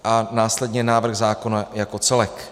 A následně návrh zákona jako celek.